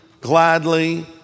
gladly